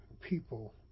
people